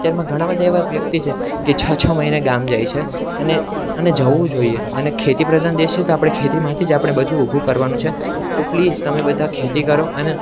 અત્યારમાં ઘણા બધા એવાં વ્યક્તિ છે કે છ છ મહિને ગામ જાય છે અને અને જવું જોઈએ અને ખેતી પ્રધાન દેશ છે તો આપણે ખેતીમાંથી જ આપણે બધું ઊભું કરવાનું છે તો પ્લીઝ તમે બધા ખેતી કરો અને